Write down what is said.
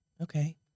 Okay